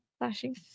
Flashing